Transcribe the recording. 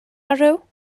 arrow